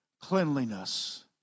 cleanliness